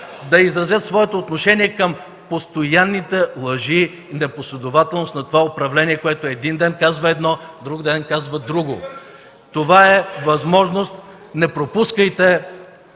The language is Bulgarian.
да изразят своето отношение към постоянните лъжи и непоследователност на това управление, което един ден казва едно, друг ден казва друго. Това е възможност. Не пропускайте